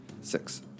Six